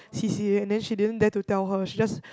C_C_A then she didn't dare to tell her she just